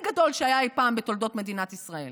גדול שהיה אי פעם בתולדות מדינת ישראל: